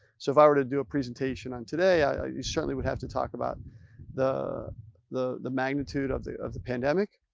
so, if i were to do a presentation on today i certainly would have to talk about the the magnitude of the of the pandemic.